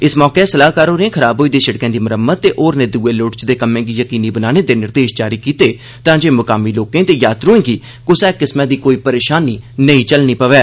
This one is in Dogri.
इस मौके सलाह्कार होरें खराब होई दी सिड़कें दी मरम्मत ते होरने दुए लोड़चदे कम्में गी यकीनी बनाने दे निर्देष दित्ते तांजे मुकामी लोकें ते यात्रुएं गी कुसा किस्मा दी कोई परेषानी नेई झल्लनी पवै